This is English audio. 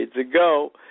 ago